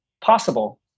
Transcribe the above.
possible